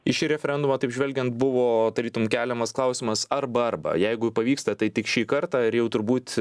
į šį referendumą taip žvelgian buvo tarytum keliamas klausimas arba arba jeigu pavyksta tai tik šį kartą ir jau turbūt